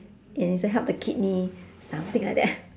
and it also help the kidney something like that